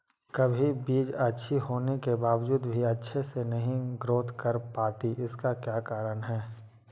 कभी बीज अच्छी होने के बावजूद भी अच्छे से नहीं ग्रोथ कर पाती इसका क्या कारण है?